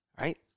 right